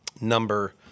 number